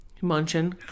munching